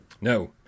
no